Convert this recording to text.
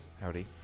Howdy